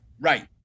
Right